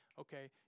okay